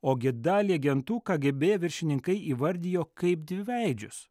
ogi dalį agentų kgb viršininkai įvardijo kaip dviveidžius